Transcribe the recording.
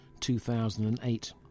2008